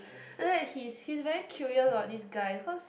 then after that he's he's very curious about this guy cause